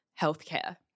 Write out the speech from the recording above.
healthcare